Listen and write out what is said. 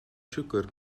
siwgr